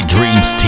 Dreams